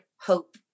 hope